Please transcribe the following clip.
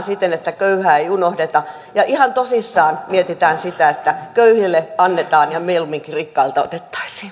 siten että köyhää ei unohdeta ja ihan tosissaan mietitään sitä että köyhille annetaan ja mieluumminkin rikkailta otettaisiin